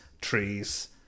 trees